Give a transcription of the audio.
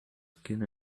skin